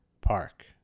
Park